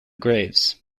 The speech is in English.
graves